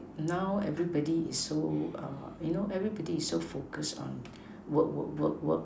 now everybody is so err you know everybody is so focused on work work work work